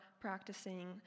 practicing